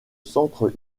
centre